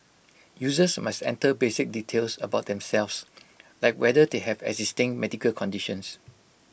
users must enter basic details about themselves like whether they have existing medical conditions